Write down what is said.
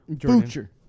Future